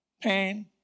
Pain